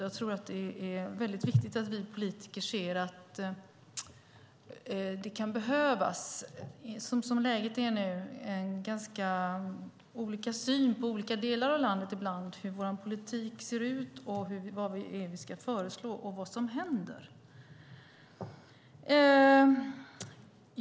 Jag tror att det är väldigt viktigt att vi politiker ser att det som läget är nu ibland kan behövas lite olika syn på olika delar av landet i hur vår politik ser ut, vad det är vi ska föreslå och vad som händer.